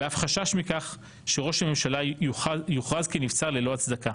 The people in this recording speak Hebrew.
ואף חשש מכך שראש הממשלה יוכרז כנבצר ללא הצדקה.